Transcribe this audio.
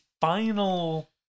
final